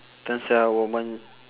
等下我们